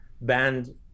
banned